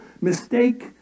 mistake